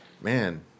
man